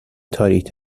تاریک